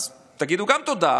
אז תגידו גם תודה.